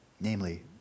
namely